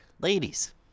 Ladies